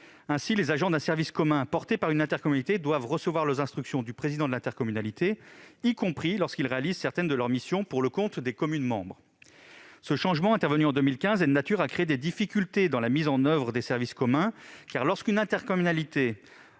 Ainsi, les agents d'un service commun porté par une intercommunalité doivent recevoir leurs instructions du président de l'intercommunalité, y compris lorsqu'ils réalisent certaines de leurs missions pour le compte des communes membres. Ce changement, intervenu en 2015, est de nature à créer des difficultés dans la mise en oeuvre des services communs, car, lorsque l'intercommunalité